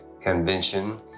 convention